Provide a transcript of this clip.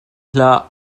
hlah